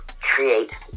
create